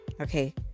okay